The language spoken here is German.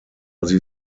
sie